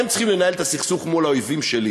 הם צריכים לנהל את הסכסוך מול האויבים שלי.